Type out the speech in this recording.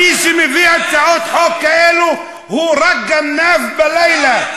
מי שמביא הצעות חוק כאלו הוא רק גנב בלילה.